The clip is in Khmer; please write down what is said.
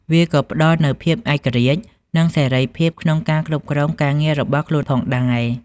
វាក៏ផ្តល់នូវភាពឯករាជ្យ និងសេរីភាពក្នុងការគ្រប់គ្រងការងាររបស់ខ្លួនផងដែរ។